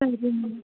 thank you ma'am